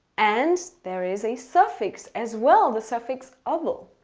and there is a suffix as well. the suffix, able.